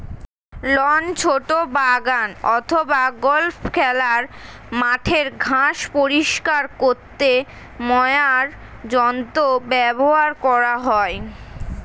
loan, ছোট বাগান অথবা গল্ফ খেলার মাঠের ঘাস পরিষ্কার করতে মোয়ার যন্ত্র ব্যবহার করা হয়